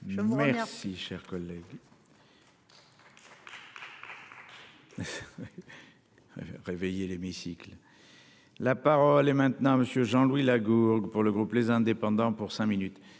Merci cher collègue. Réveiller l'hémicycle. La parole est maintenant monsieur Jean-Louis Lagourgue pour le groupe les indépendants pour cinq minutes.